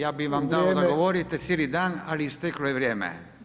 Ja bih vam dao da govorite cijeli dan, ali isteklo je vrijeme.